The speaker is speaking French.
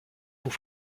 pour